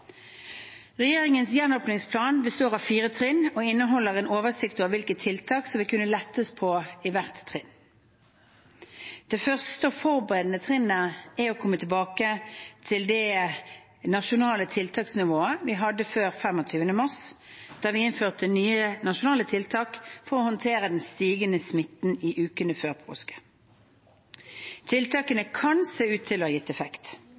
Regjeringens gjenåpningsplan består av fire trinn og inneholder en oversikt over hvilke tiltak som vil kunne lettes på i hvert trinn. Det første og forberedende trinnet er å komme tilbake til det nasjonale tiltaksnivået vi hadde før 25. mars, da vi innførte nye nasjonale tiltak for å håndtere den stigende smitten i ukene før påske. Tiltakene kan se ut til å ha gitt effekt.